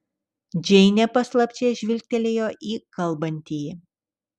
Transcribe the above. džeinė paslapčia žvilgtelėjo į kalbantįjį